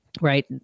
right